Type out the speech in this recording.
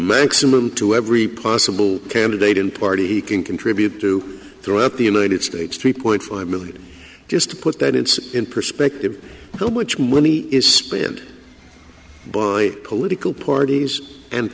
maximum to every possible candidate and party can contribute to throughout the united states three point five million just to put that it's in perspective how much money is spent by political parties and